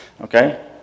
Okay